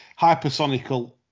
hypersonical